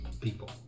People